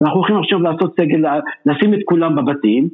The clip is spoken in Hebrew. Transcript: אנחנו הולכים עכשיו לעשות סגל, לשים את כולם בבתים